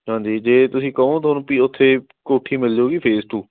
ਹਾਂਜੀ ਜੇ ਤੁਸੀਂ ਕਹੋ ਤੁਹਾਨੂੰ ਪੀ ਉੱਥੇ ਕੋਠੀ ਮਿਲ ਜੂਗੀ ਫੇਸ ਟੂ